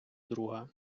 друга